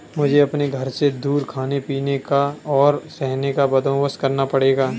मुझे अपने घर से दूर खाने पीने का, और रहने का बंदोबस्त करना पड़ेगा